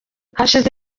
hashize